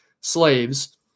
slaves